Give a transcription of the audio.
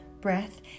breath